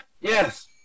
Yes